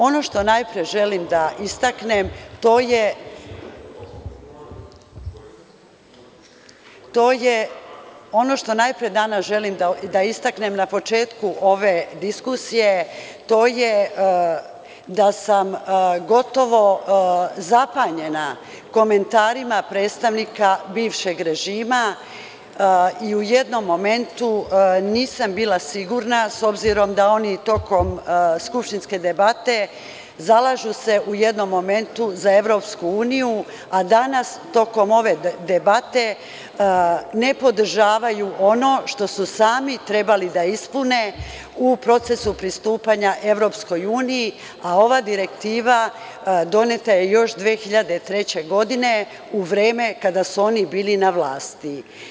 Ono što najpre želim da istaknem to je da sam gotovo zapanjena komentarima predstavnika bivšeg režima i u jednom momentu nisam bila sigurna, s obzirom da se oni tokom skupštinske debate zalažu u jednom momentu za EU, a danas tokom ove debate ne podržavaju ono što su sami trebali da ispune u procesu pristupanja EU, a ova direktiva je doneta još 2003. godine u vreme kada su oni bili na vlasti.